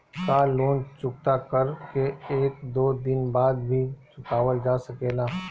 का लोन चुकता कर के एक दो दिन बाद भी चुकावल जा सकेला?